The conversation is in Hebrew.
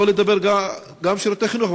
שלא לדבר על שירותי חינוך,